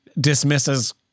dismisses